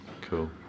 cool